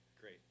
Great